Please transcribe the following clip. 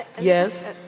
Yes